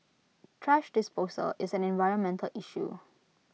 thrash disposal is an environmental issue